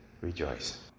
Rejoice